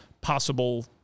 possible